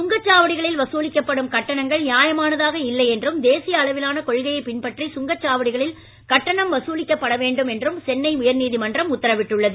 சுங்கச் சாவடிகளில் வசூலிக்கப்படும் கட்டணங்கள் நியாயமானதாக இல்லை என்றும் தேசிய அளவிலான கொள்கையை பின்பற்றி சுங்கச் சாவடிகளில் கட்டணம் வசூலிக்கப்பட வேண்டும் என்று சென்னை உயர்நீதிமன்றம் உத்தரவிட்டுள்ளது